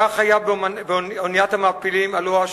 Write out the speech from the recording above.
כך היה באוניית המעפילים "אולואה",